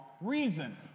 reason